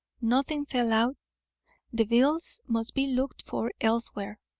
nothing fell out the bills must be looked for elsewhere.